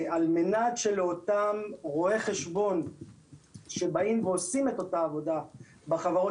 על מנת שלאותם רואי חשבון שבאים ועושים את אותה עבודה בחברות,